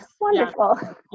wonderful